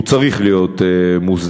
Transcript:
והוא צריך להיות מוסדר.